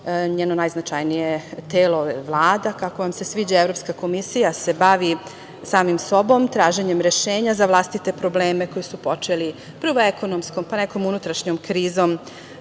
njeno najznačajnije telo, Vlada, kako vam se sviđa, Evropska komisija se bavi samim sobom, traženjem rešenja za vlastite probleme koji su počeli, prvo ekonomskom, pa nekom unutrašnjom krizom,